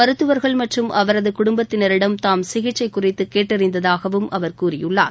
மருத்துவர்கள் மற்றும் அவரது குடும்பத்தினரிடம் தாம் சிகிச்சை குறித்து கேட்டறிந்ததாகவும் அவர் கூறியுள்ளார்